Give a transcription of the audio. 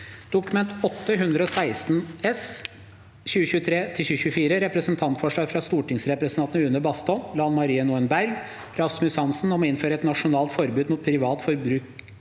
Dokument 8:116 S (2023–2024) – Representantforslag fra stortingsrepresentantene Une Bastholm, Lan Marie Nguyen Berg og Rasmus Hansson om å innføre et nasjonalt forbud mot privat bruk